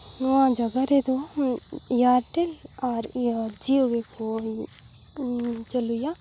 ᱱᱚᱣᱟ ᱡᱟᱭᱜᱟ ᱨᱮᱫᱚ ᱮᱭᱟᱨᱴᱮᱹᱞ ᱟᱨ ᱤᱭᱟᱹ ᱡᱤᱭᱳ ᱜᱮᱠᱚ ᱪᱟᱹᱞᱩᱭᱟ